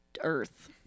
earth